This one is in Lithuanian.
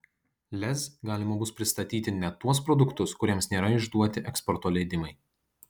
lez galima bus pristatyti net tuos produktus kuriems nėra išduoti eksporto leidimai